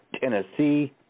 Tennessee